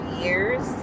years